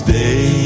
day